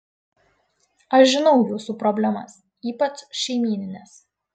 aš žinau jūsų problemas ypač šeimynines